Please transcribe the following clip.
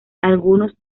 algunos